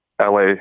LA